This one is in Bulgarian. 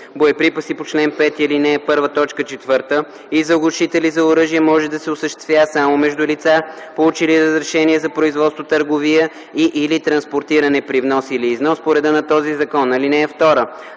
боеприпаси по чл. 5, ал. 1, т. 4 и заглушители за оръжия може да се осъществява само между лица, получили разрешение за производство, търговия и/или транспортиране при внос или износ по реда на този закон. (2)